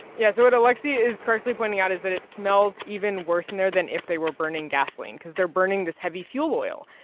yeah so what aleksei is correctly pointing out is that it smells even worse in there than if they were burning gasoline because they're burning this heavy fuel oil.